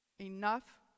Enough